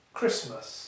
Christmas